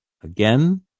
again